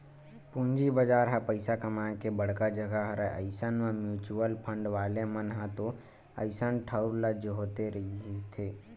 पूंजी बजार ह पइसा कमाए के बड़का जघा हरय अइसन म म्युचुअल फंड वाले मन ह तो अइसन ठउर ल जोहते रहिथे